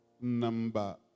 number